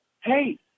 hey